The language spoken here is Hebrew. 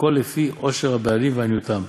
הכול לפי עושר הבעלים ועניותם.